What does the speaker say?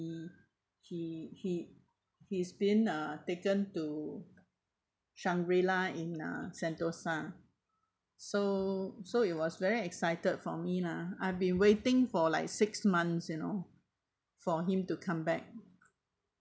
he he he he's been uh taken to shangrila in uh sentosa so so it was very excited for me lah I've been waiting for like six months you know for him to come back